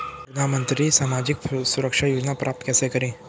प्रधानमंत्री सामाजिक सुरक्षा योजना प्राप्त कैसे करें?